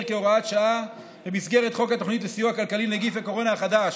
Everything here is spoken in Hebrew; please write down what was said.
כהוראת שעה במסגרת חוק התוכנית לסיוע כלכלי (נגיף הקורונה החדש)